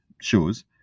shows